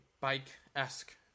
bike-esque